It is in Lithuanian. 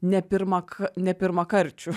ne pirma k ne pirmą karčių